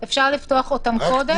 אפשר לפתוח אותם קודם.